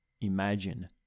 imagine